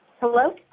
Hello